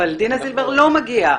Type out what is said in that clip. אבל דינה זילבר לא מגיעה,